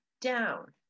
down